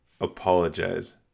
apologize